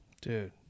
Dude